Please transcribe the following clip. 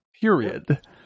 Period